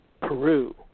Peru